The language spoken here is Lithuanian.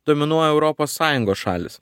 dominuoja europos sąjungos šalys